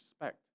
respect